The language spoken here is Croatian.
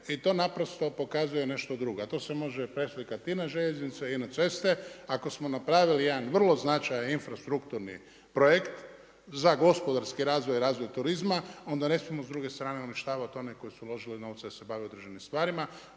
i to naprosto pokazuje nešto drugo. A to se može preslikati i na željeznice i na ceste. Ako smo napravili jedan vrlo značajan infrastrukturni projekt za gospodarski razvoj i razvoj turizma onda ne smijemo s druge strane uništavati one koji su uložili novce da se bave određenim stvarima.